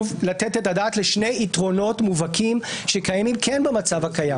לתת את הדעת לשני יתרונות מובהקים של המצב הקיים: